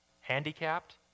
handicapped